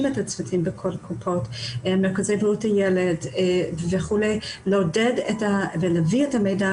את האנשים במרכזי בריאות הילד להביא את המידע